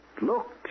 look